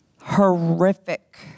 horrific